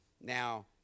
Now